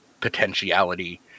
potentiality